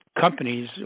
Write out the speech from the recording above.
companies